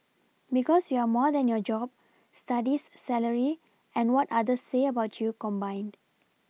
because you're more than your job Studies salary and what others say about you combined